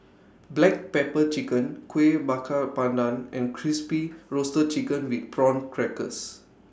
Black Pepper Chicken Kueh Bakar Pandan and Crispy Roasted Chicken with Prawn Crackers